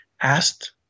asked